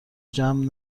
جمع